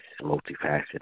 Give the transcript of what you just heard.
multifaceted